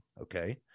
okay